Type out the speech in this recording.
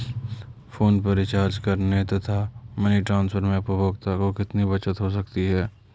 Phone पर recharge करने तथा मनी ट्रांसफर में उपभोक्ता को कितनी बचत हो सकती है?